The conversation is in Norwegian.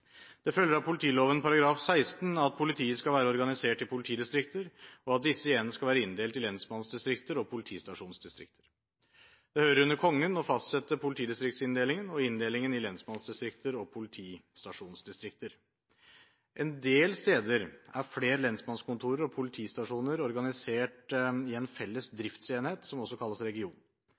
Det følger av politiloven § 16 at politiet skal være organisert i politidistrikter, og at disse igjen skal være inndelt i lensmannsdistrikter og politistasjonsdistrikter. Det hører under Kongen å fastsette politidistriktsinndelingen og inndelingen i lensmannsdistrikter og politistasjonsdistrikter. En del steder er flere lensmannskontorer og politistasjoner organisert i en felles driftsenhet, som også kalles region.